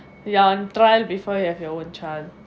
ya trial before you have your own chance